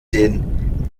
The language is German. den